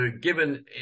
given